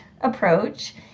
approach